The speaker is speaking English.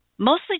Mostly